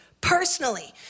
personally